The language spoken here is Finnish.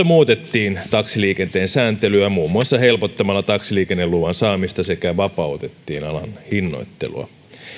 muutettiin taksiliikenteen sääntelyä muun muassa helpottamalla taksiliikenneluvan saamista sekä vapautettiin alan hinnoittelua